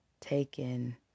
taken